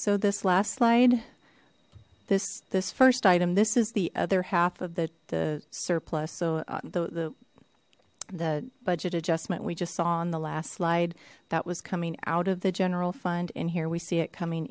so this last slide this this first item this is the other half of the surplus so the the budget adjustment we just saw on the last slide that coming out of the general fund in here we see it coming